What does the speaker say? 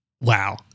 wow